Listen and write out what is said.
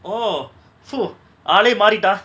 oh ஆளே மாரிட்டா:aale maarita